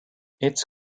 its